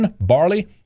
barley